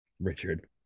Richard